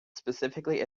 specifically